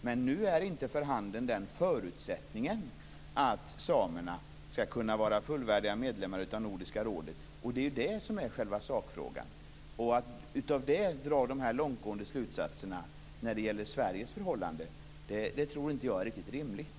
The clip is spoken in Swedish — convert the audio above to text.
Men nu är inte den förutsättningen för handen att samerna skall kunna vara fullvärdiga medlemmar av Nordiska rådet. Det är det som är själva sakfrågan. Att utifrån det dra de här långtgående slutsatserna när det gäller Sveriges förhållande tror jag inte är riktigt rimligt.